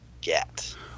get